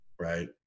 right